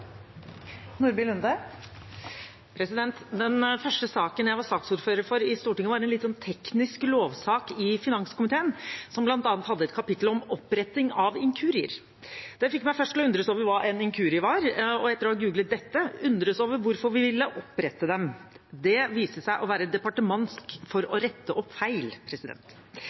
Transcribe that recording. hadde et kapittel om oppretting av inkurier. Det fikk meg først til å undres over hva en inkurie var, og, etter å ha googlet dette, undres over hvorfor vi ville opprette dem. Det viste seg å være «departementsk» for å rette opp feil.